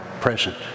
present